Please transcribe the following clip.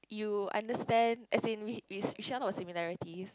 you understand as in we we share a lot of similarities